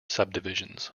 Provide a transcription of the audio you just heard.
subdivisions